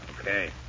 Okay